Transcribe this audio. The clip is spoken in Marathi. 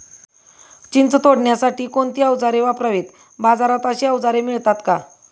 चिंच तोडण्यासाठी कोणती औजारे वापरावीत? बाजारात अशी औजारे मिळतात का?